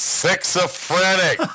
Schizophrenic